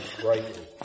brightly